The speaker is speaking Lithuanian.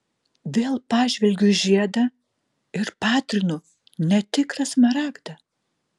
vėl pažvelgiu į žiedą ir patrinu netikrą smaragdą